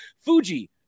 Fuji